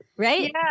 Right